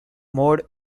maud